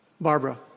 Barbara